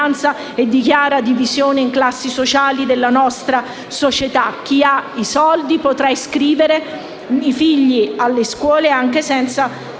e di chiara divisione in classi sociali della nostra società. Chi ha i soldi, infatti, potrà iscrivere i figli a scuola anche senza